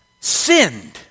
sinned